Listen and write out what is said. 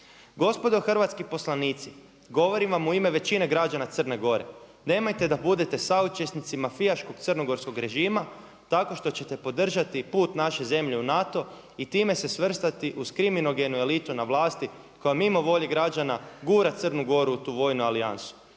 „Gospodo hrvatski poslanici govorim vam u ime većine građana Crne Gore nemojte da budete saučesnici mafijaškog crnogorskog režima tako što ćete podržati put naše zemlje u NATO i time se svrstati uz kriminogenu elitu na vlasti koja mimo volje građana gura Crnu Goru u tu vojnu alijansu.